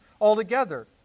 altogether